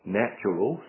natural